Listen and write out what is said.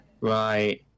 Right